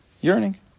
Yearning